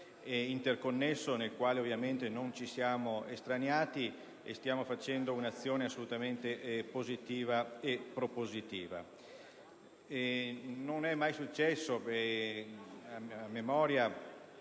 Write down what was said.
interconnesso, nel quale ovviamente non ci siamo estraniati e stiamo facendo un'azione assolutamente positiva e propositiva. Non è mai successo, a mia